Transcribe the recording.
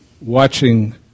watching